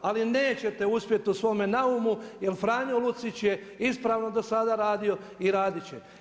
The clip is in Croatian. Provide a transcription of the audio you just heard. Ali neće uspjeti u svome naumu jer Franjo Lucić je ispravno do sada radio i radit će.